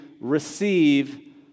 receive